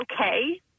okay